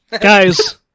Guys